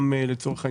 לצורך העניין,